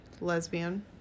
lesbian